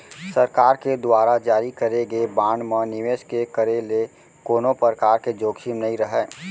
सरकार के दुवार जारी करे गे बांड म निवेस के करे ले कोनो परकार के जोखिम नइ राहय